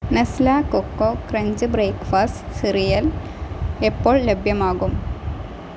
Nestlé Koko Krunch breakfast cereal എപ്പോൾ ലഭ്യമാകും